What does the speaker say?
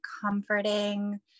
comforting